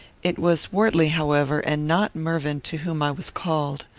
it was wortley, however, and not mervyn, to whom i was called.